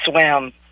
swim